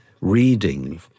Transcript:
reading